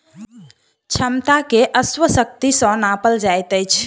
क्षमता के अश्व शक्ति सॅ नापल जाइत अछि